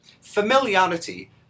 Familiarity